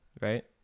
Right